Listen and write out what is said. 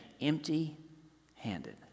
empty-handed